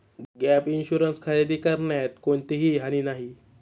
gap insurance खरेदी करण्यात कोणतीही हानी नाही